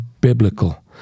biblical